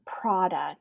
product